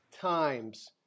times